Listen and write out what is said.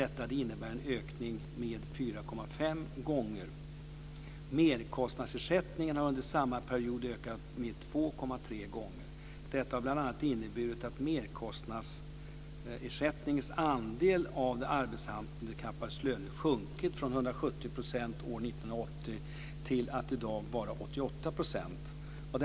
Detta innebär att det är 4,5 gånger så mycket. Merkostnadsersättningen har under samma period ökat, så att den är 2,3 gånger så stor. Detta har bl.a. inneburit att merkostnadsersättningens andel av de arbetshandikappades löner har sjunkit från 170 % år 1980 till 88 % i dag.